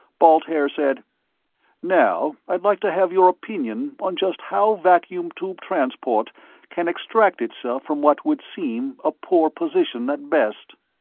balt haer said now i'd like to have your opinion on just how vacuum tube transport can extract itself from what would seem a poor position at best.